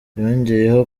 yongeyeho